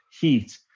Heat